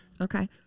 Okay